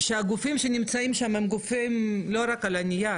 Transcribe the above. שהגופים שנמצאים שם הם גופים לא רק על הנייר,